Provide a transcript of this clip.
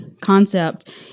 concept